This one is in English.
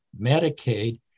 Medicaid